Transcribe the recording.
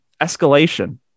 escalation